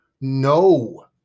no